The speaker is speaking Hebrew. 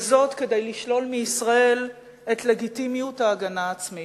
וזאת כדי לשלול מישראל את לגיטימיות ההגנה העצמית.